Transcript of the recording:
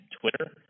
Twitter